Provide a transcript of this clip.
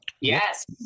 Yes